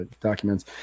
documents